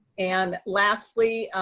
and lastly,